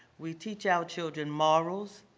we teach our children morals,